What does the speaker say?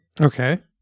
Okay